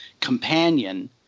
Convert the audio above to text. companion